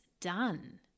done